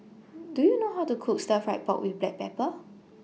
Do YOU know How to Cook Stir Fried Pork with Black Pepper